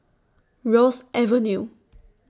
Ross Avenue